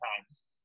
times